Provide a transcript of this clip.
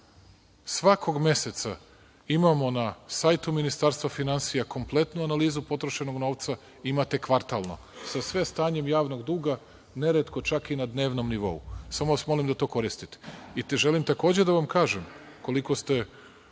Svakog meseca imamo na sajtu Ministarstva finansija kompletnu analizu potrošenog novca i imate kvartalno, sa sve stanjem javnog duga, neretko čak i na dnevnog nivou. Samo vas molim da to koristite. Želim takođe da vam kažem, koliko ste